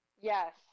Yes